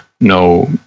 no